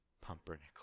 Pumpernickel